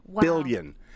Billion